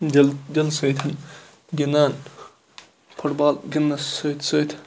دِل دِل سۭتۍ گِنٛدان پھُٹ بال گِنٛدنَس سۭتۍ سۭتۍ